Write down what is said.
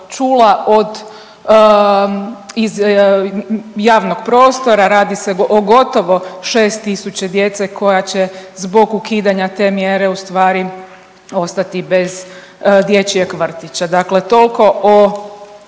iz javnog prostora radi se o gotovo 6 tisuća djece koja će zbog ukidanja te mjere ustvari ostati bez dječjeg vrtića. Dakle, toliko o